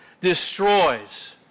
destroys